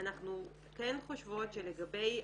אנחנו כן חושבות שלגבי